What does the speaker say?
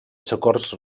socors